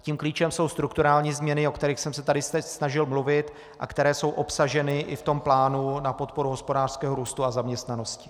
Tím klíčem jsou strukturální změny, o kterých jsem se tady teď snažil mluvit a které jsou obsaženy i v tom plánu na podporu hospodářského růstu a zaměstnanosti.